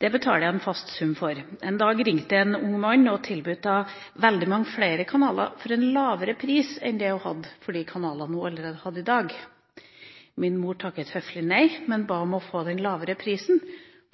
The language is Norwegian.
Det betaler hun en fast sum for. En dag ringte det en ung mann og tilbød henne veldig mange flere kanaler for en lavere pris enn det hun betalte for de kanalene hun allerede hadde. Min mor takket høflig nei, men ba om å få den lavere prisen